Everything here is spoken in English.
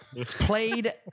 Played